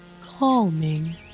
calming